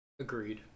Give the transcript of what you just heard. Agreed